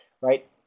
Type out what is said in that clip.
right